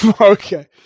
Okay